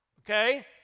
Okay